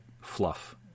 fluff